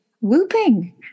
whooping